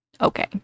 okay